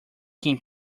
can